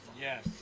Yes